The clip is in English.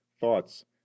thoughts